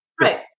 Right